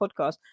podcast